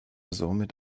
somit